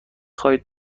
خواهید